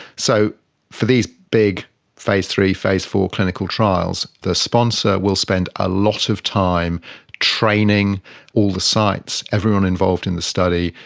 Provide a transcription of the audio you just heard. so for these big phase three, phase four clinical trials, the sponsor will spend a lot of time training all the sites, everyone involved in the study,